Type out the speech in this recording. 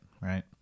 Right